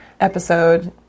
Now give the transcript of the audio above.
episode